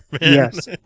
Yes